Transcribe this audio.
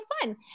fun